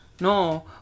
No